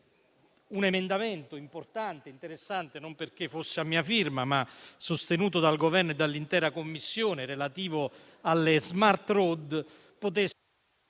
un emendamento importante e interessante - non perché fosse a mia firma, ma perché sostenuto dal Governo e dall'intera Commissione - relativo alle *smart road* potesse